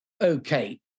Okay